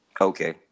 Okay